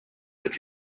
with